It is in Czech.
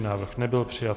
Návrh nebyl přijat.